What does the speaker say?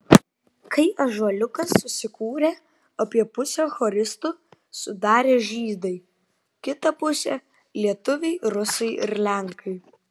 kai ąžuoliukas susikūrė apie pusę choristų sudarė žydai kitą pusę lietuviai rusai ir lenkai